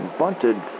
bunted